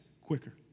quicker